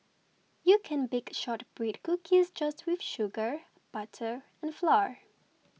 you can bake Shortbread Cookies just with sugar butter and flour